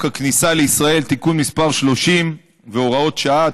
הכניסה לישראל (תיקון מס' 30 והוראות שעה),